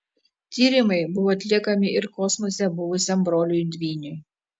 tyrimai buvo atliekami ir kosmose buvusiam broliui dvyniui